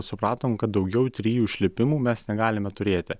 supratom kad daugiau trijų išlipimų mes negalime turėti